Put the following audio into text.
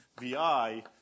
Vi